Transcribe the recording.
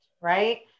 right